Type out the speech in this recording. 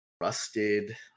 rusted